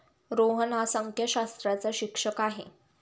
रोहन हा संख्याशास्त्राचा शिक्षक आहे